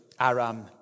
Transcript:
Aram